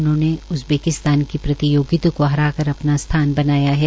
उन्होंने उज़बेकिस्तान के प्रतियोगी को हराकर अपना स्थान बनाया है